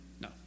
No